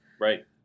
Right